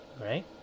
right